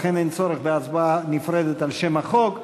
לכן אין צורך בהצבעה נפרדת על שם החוק.